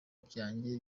byanjye